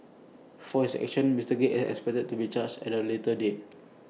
for his actions Mister gill is expected to be charged at A later date